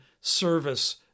service